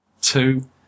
Two